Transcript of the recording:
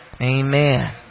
Amen